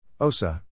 OSA